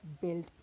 build